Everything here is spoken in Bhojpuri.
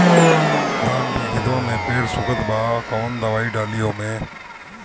धान के खेतवा मे पेड़ सुखत बा कवन दवाई डाली ओमे?